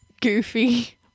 goofy